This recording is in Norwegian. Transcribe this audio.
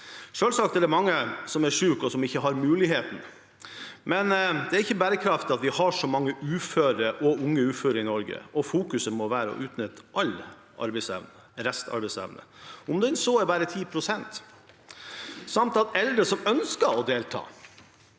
Selvsagt er det mange som er syke og ikke har muligheten, men det er ikke bærekraftig at vi har så mange uføre og unge uføre i Norge. Fokuset må være på å utnytte all restarbeidsevne, om den så bare er 10 pst., samt at eldre som ønsker å delta